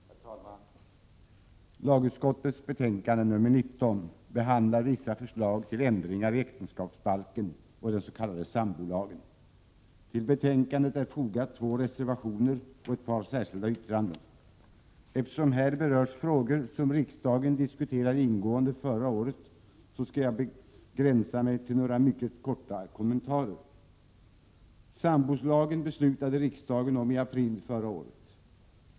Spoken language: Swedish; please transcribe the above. Herr talman! Lagutskottets betänkande nr 19 behandlar vissa förslag till ändringar i äktenskapsbalken och den s.k. sambolagen. Till betänkandet är fogade två reservationer och ett par särskilda yttranden. Eftersom här berörs frågor som riksdagen diskuterade ingående förra året, skall jag begränsa mig till några mycket korta kommentarer. Sambolagen beslutades av riksdagen i april förra året.